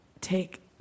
take